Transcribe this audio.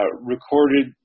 recorded